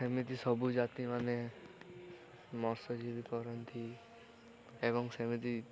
ସେମିତି ସବୁ ଜାତିମାନେ ମତ୍ସଜୀବୀ କରନ୍ତି ଏବଂ ସେମିତି